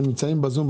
הם נמצאים בזום,